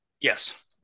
Yes